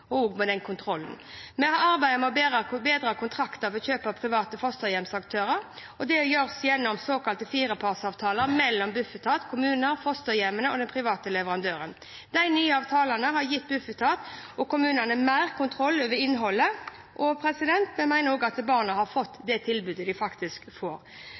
kommunene, fosterhjemmene og den private leverandøren. De nye avtalene har gitt Bufetat og kommunene mer kontroll over innholdet. Vi mener også at barna har fått det tilbudet de faktisk